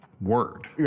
word